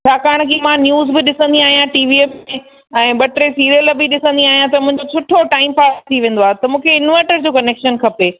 छाकाणि की मां न्यूज़ बि ॾिसंदी आहियां टीवीअ में ऐं ॿ टे सीरियल बि ॾिसंदी आहियां त मुंहिंजो सुठो टाइम पास थी वेंदो आहे त मूंखे इंवटर जो कनेक्शन खपे